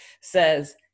says